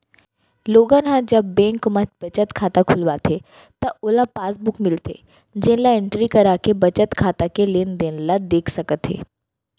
लोगन ह जब बेंक म बचत खाता खोलवाथे त ओला पासबुक मिलथे जेन ल एंटरी कराके बचत खाता के लेनदेन ल देख सकत हे